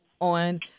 on